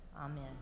Amen